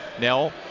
Nell